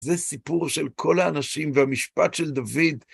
זה סיפור של כל האנשים, והמשפט של דוד...